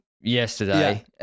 yesterday